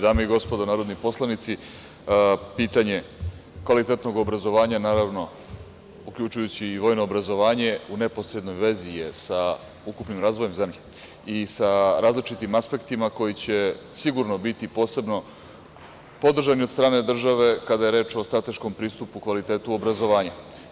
Dame i gospodo narodni poslanici, pitanje kvalitetnog obrazovanja, naravno, uključujući i vojno obrazovanje u neposrednoj vezi je sa ukupnim razvojem zemlje i sa različitim aspektima koji će sigurno biti posebno podržani od strane države kada je reč o strateškom pristupu kvalitetu obrazovanja.